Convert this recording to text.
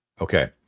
Okay